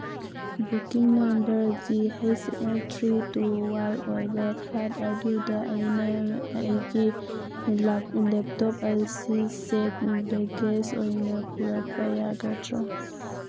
booking number G H L three two one ꯑꯣꯏꯕ flight ꯑꯗꯨꯗ ꯑꯩꯅ ꯑꯩꯒꯤ ꯂꯦꯞꯇꯣꯞ ꯑꯁꯤ ꯆꯦꯛ ꯕꯦꯒꯦꯁ ꯑꯣꯏꯅ ꯄꯨꯔꯛꯄ ꯌꯥꯒꯗ꯭ꯔꯥ